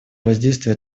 воздействие